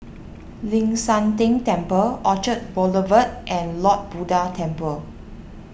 Ling San Teng Temple Orchard Boulevard and Lord Buddha Temple